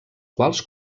quals